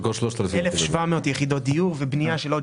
1,700 יחידות דיור ובנייה של עוד